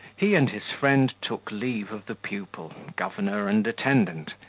he and his friend took leave of the pupil, governor, and attendant,